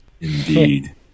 Indeed